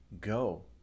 go